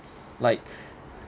like